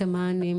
את המענים,